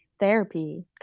therapy